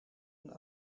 een